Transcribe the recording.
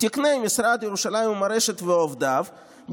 "תקני משרד ירושלים ומורשת ועובדיו,